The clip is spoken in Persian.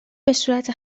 بهصورت